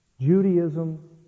Judaism